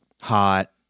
hot